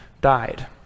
died